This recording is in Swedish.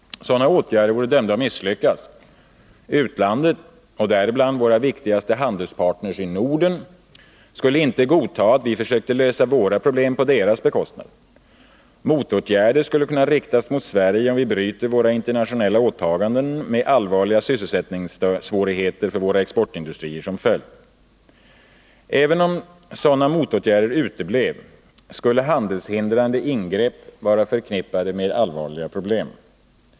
Sådana åtgärder vore dömda att misslyckas. Utlandet — och däribland våra viktigaste handelspartner i Norden — skulle inte godta att vi försökte lösa våra problem på deras bekostnad. Motåtgärder skulle kunna riktas mot Sverige om vi bryter mot våra internationella åtaganden med allvarliga sysselsättningssvårigheter för våra exportindustrier som följd. Även om sådana motåtgärder uteblev skulle handelshindrande ingrepp vara förknippade med allvarliga problem.